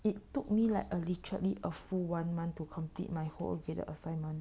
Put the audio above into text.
it took me like literally a full one month to complete my whole graded assignment